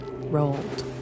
rolled